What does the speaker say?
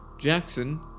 Jackson